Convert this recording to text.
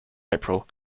april